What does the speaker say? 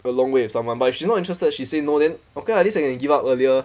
along with someone but if you're not interested she say no then okay lah this you can you give up earlier